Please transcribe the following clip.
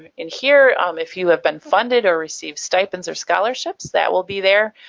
in here um if you have been funded, or receive stipends, or scholarships, that will be there.